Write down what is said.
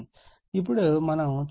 ఇప్పుడే మనం చూసాము √ 3 Van ∠30o